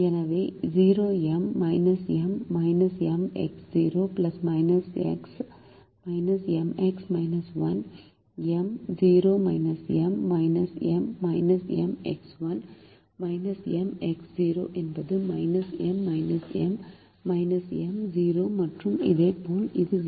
எனவே M M M என்பது M M 0 மற்றும் இதேபோல் இது 0